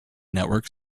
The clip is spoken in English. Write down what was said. network